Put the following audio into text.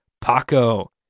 Paco